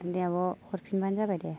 दे आब' हरफिनबानो जाबाय दे